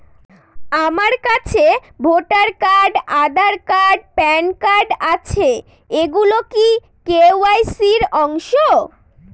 আমার কাছে voter card Aadhaar card PAN card আছে এগুলো কি কে.ওয়াই.সি র অংশ?